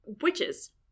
witches